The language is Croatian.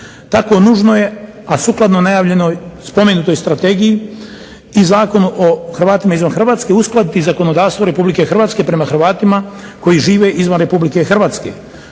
Tako nužno je a sukladno najavljenoj spomenutoj strategiji i Zakon o Hrvatima izvan Hrvatske uskladiti i zakonodavstvo Republike Hrvatske prema Hrvatima koji žive izvan Republike Hrvatske.